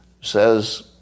says